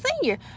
senior